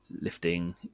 lifting